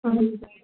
اَہَن حظ